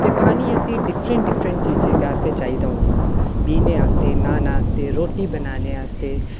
ते पानी असें गी डिफरेंट डिफरेंट चीजें आस्तै चाहिदा होंदा पीने आस्तै न्हौने आस्तै रुट्टी बनाने आस्तै